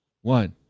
one